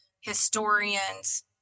historians